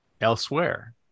elsewhere